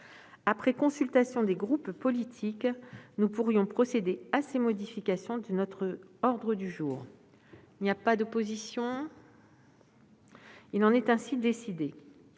Après consultation des groupes politiques, nous pourrions procéder à ces modifications de notre ordre du jour. Il n'y a pas d'opposition ?... Il en est ainsi décidé.